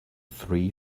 three